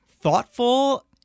thoughtful